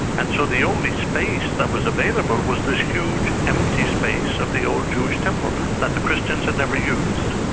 and so the only space that was available was this huge empty space of the old jewish temple that the christians had never used.